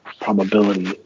probability